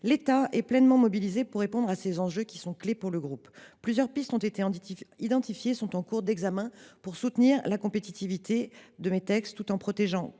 L’État est pleinement mobilisé pour répondre à ces enjeux clés pour le groupe. Plusieurs pistes ont été identifiées et sont en cours d’examen pour soutenir la compétitivité du groupe, tout en le protégeant